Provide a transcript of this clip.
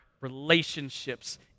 relationships